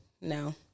No